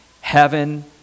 heaven